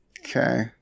Okay